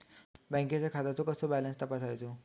बँकेच्या खात्याचो कसो बॅलन्स तपासायचो?